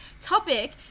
topic